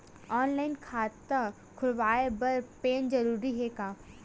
Online खाता खुलवाय बर पैन जरूरी हे का?